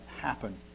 happen